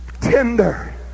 tender